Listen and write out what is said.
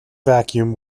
vacuum